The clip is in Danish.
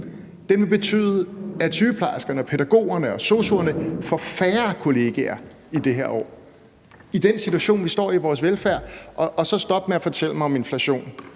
vil betyde, at sygeplejerskerne, pædagogerne og sosu'erne får færre kollegaer i det her år og i den situation, vi står i, med vores velfærd. Og så stop med at fortælle mig om inflation,